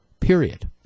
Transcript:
period